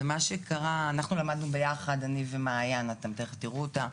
אנחנו למדנו ביחד, אני ומעיין, אתם תכף תראו אותה,